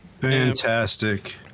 Fantastic